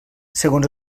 segons